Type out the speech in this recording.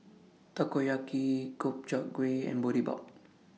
Takoyaki Gobchang Gui and Boribap